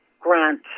Grant